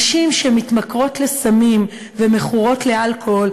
הנשים שמתמכרות לסמים ומכורות לאלכוהול